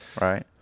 Right